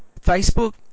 Facebook